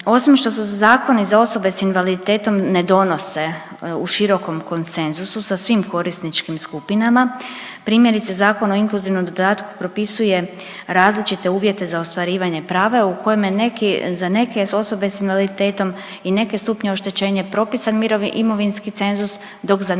Osim što se zakoni za osobe s invaliditetom ne donose u širokom konsenzusom sa svim korisničkim skupinama, primjerice Zakon o inkluzivnom dodatku propisuje različite uvjete za ostvarivanje prava u kojima je neki, za neke osobe s invaliditetom i neke stupnjeve oštećenje propisan imovinski cenzus dok za neke